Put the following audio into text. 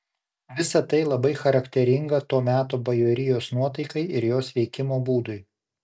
visa tai labai charakteringa to meto bajorijos nuotaikai ir jos veikimo būdui